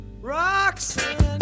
roxanne